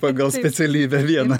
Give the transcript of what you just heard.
pagal specialybę vieną